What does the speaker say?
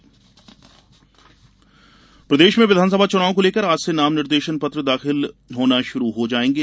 प्रत्याशी चयन प्रदेश में विधानसभा चुनाव को लेकर आज से नाम निर्देशन पत्र दाखिल होना शुरू हो जायेंगे